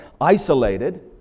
isolated